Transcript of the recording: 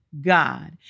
God